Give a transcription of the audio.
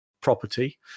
property